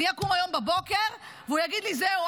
אני אקום היום בבוקר והוא יגיד לי: זהו,